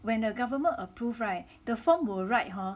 when the government approved [right] the form will write hor